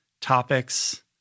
topics